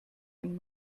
einen